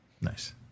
Nice